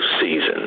season